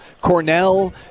Cornell